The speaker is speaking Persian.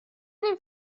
این